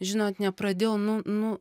žinot nepradėjau nu nu